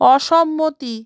অসম্মতি